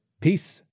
Peace